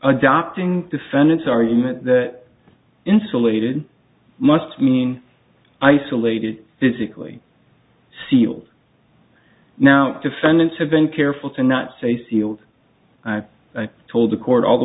adopting defendants argument that insulated must mean isolated physically sealed now defendants have been careful to not say sealed i told the court all the